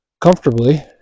comfortably